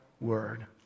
word